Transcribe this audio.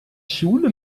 schule